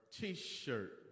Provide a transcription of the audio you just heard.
t-shirt